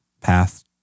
path